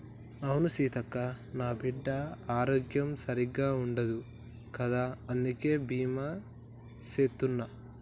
అవును సీతక్క, నా బిడ్డ ఆరోగ్యం సరిగ్గా ఉండదు కదా అందుకే బీమా సేత్తున్న